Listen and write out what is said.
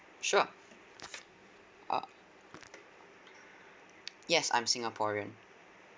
sure uh yes I'm singaporean